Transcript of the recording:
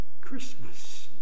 Christmas